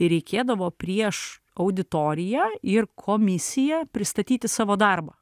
ir reikėdavo prieš auditoriją ir komisiją pristatyti savo darbą